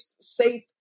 safe